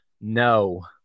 no